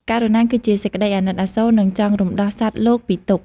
ករុណា គឺជាសេចក្តីអាណិតអាសូរ និងចង់រំដោះសត្វលោកពីទុក្ខ។